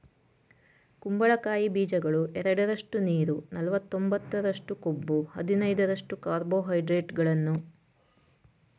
ಕುಂಬಳಕಾಯಿ ಬೀಜಗಳು ಎರಡರಷ್ಟು ನೀರು ನಲವತ್ತೊಂಬತ್ತರಷ್ಟು ಕೊಬ್ಬು ಹದಿನೈದರಷ್ಟು ಕಾರ್ಬೋಹೈಡ್ರೇಟ್ಗಳನ್ನು ಹೊಂದಯ್ತೆ